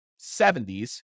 70s